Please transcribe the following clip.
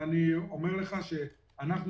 אני אומר לך שאנחנו,